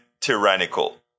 tyrannical